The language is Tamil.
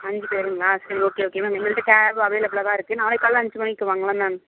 அஞ்சு பேருங்களா சரி ஓகே ஓகே மேம் எங்கள்கிட்ட கேப் அவைலபுலாக தான் இருக்குது நாளைக்கு காலையில் அஞ்சு மணிக்கு வாங்களேன் மேம்